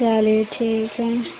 चलिए ठीक है